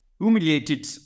humiliated